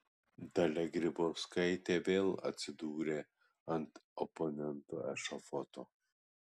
dalia grybauskaitė vėl atsidūrė ant oponentų ešafoto